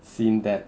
seeing that